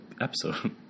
episode